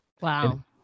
Wow